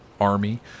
army